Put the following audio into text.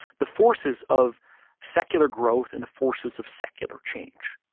the forces of secular growth and the forces of secular change.